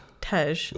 Tej